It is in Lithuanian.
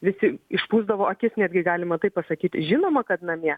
visi išpūsdavo akis netgi galima taip pasakyt žinoma kad namie